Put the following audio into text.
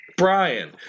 Brian